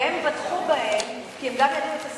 והם בטחו בהם, כי הם גם ידעו את השפה,